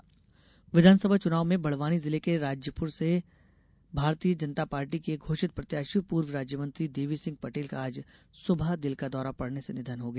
प्रत्याशी निधन विधानसभा चुनाव में बड़वानी जिले के राज्युर से भारतीय जनता पार्टी के घोषित प्रत्याशी और पूर्व राज्य मंत्री देवी सिंह पटेल का आज सुबह दिल का दौरा पड़ने से निधन हो गया